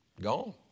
gone